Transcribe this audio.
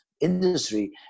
industry